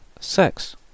sex